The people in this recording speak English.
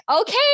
okay